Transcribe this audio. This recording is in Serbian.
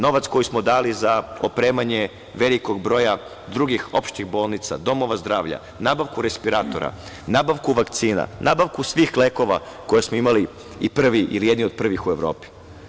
Novac koji smo dali za opremanje velikog broja drugih opštih bolnica, domova zdravlja, nabavku respiratora, nabavku vakcinu, nabavku svih lekova koje smo imali i prvi ili jedni od prvih u Evropi.